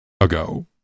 ago